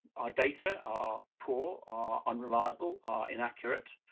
our data are poor, are unreliable inaccurate,